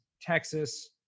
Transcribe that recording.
Texas